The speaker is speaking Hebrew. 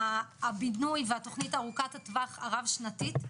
הבינוי והתוכנית ארוכת הטווח הרב שנתית.